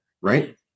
right